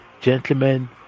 gentlemen